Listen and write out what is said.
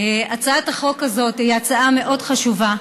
הצעת החוק הזאת היא הצעה מאוד חשובה.